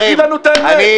תגיד לנו את האמת,